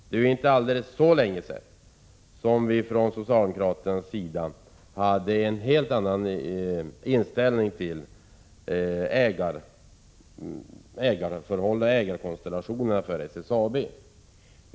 Det är inte så värst länge sedan socialdemokraterna hade en helt annan inställning till ägarförhållandena inom SSAB.